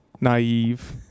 naive